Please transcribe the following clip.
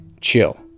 Chill